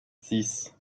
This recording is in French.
six